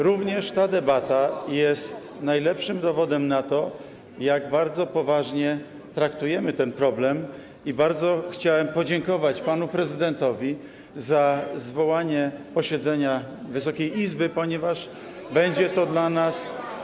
Również ta debata jest najlepszym dowodem na to, jak bardzo poważnie traktujemy ten problem, i chciałem bardzo podziękować panu prezydentowi za zwołanie posiedzenia Wysokiej Izby, ponieważ będzie to dla nas.